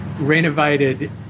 renovated